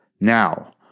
Now